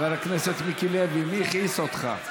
חבר הכנסת מיקי לוי, מי הכעיס אותך?